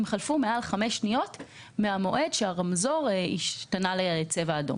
אם חלפו מעל 5 שניות מהמועד שבו הרמזור השתנה לצבע אדום.